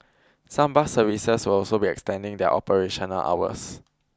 some bus services will also be extending their operational hours